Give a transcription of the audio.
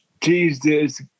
Jesus